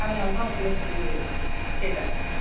அதனால் தான் உங்களை சரி கேட்டேன்